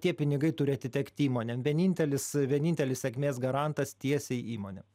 tie pinigai turi atitekt įmonėm vienintelis vienintelis sėkmės garantas tiesiai įmonėm